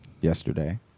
yesterday